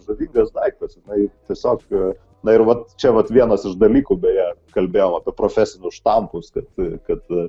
žavingas daiktas jinai tiesiog na ir vat čia vat vienas iš dalykų beje kalbėjau apie profesinių štampus kad kad